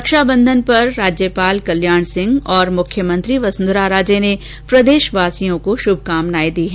रक्षाबंधन पर राज्यपाल कल्याण सिंह और मुख्यमंत्री वसुंधरा राजे ने प्रदेशवासियों को शुभकामनाएं दी है